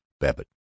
Babbitt